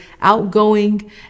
outgoing